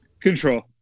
Control